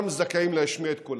כולם זכאים להשמיע את קולם.